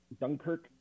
Dunkirk